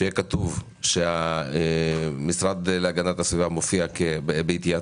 שיהיה כתוב שהמשרד להגנת הסביבה מופיע בהתייעצות,